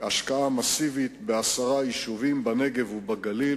"ריכוז מאמץ" השקעה מסיבית בעשרה יישובים בנגב ובגליל,